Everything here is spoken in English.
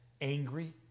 angry